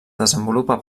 desenvolupa